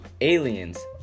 Aliens